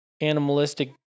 animalistic